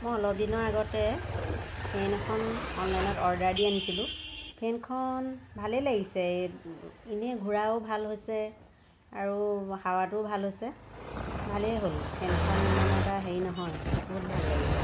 মই অলপদিনৰ আগতে ফেন এখন অনলাইনত অৰ্ডাৰ দি আনিছিলোঁ ফেনখন ভালেই লাগিছে এনেই ঘুৰাও ভাল হৈছে আৰু হাৱাটোও ভাল হৈছে ভালেই হ'ল ফেনখন ইমান এটা হেৰি নহয় বহুত ভাল লাগিছে